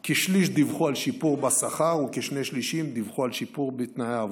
כשליש דיווחו על שיפור בשכר וכשני שלישים דיווחו על שיפור בתנאי העבודה.